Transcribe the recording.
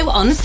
on